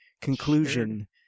conclusion